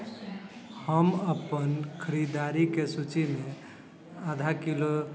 हम अपन खरीददारीके सूचिमे आधा किलो